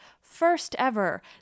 first-ever